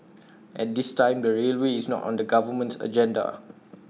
at this time the railway is not on the government's agenda